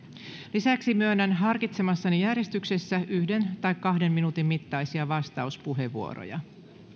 lisäksi myönnän harkitsemassani järjestyksessä yksi tai kahden minuutin mittaisia vastauspuheenvuoroja